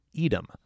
Edom